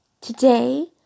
Today